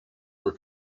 were